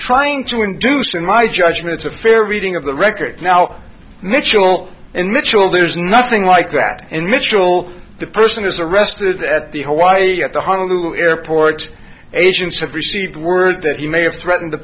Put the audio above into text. trying to induce in my judgment a fair reading of the record now mitchell in the chill there's nothing like that in mitchell the person is arrested at the hawaii at the honolulu airport agents have received word that he may have threatened the